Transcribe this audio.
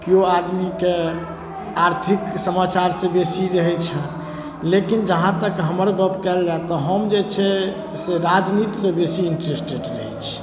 केओ आदमीके आर्थिक समाचारसँ बेसी रहैत छनि लेकिन जहाँ तक हमर गप कयल जाय तऽ हम जे छै से राजनीतिसँ बेसी इन्टरेस्टेड रहैत छी